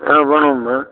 ஆ பண்ணுவோம்மா